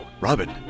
Robin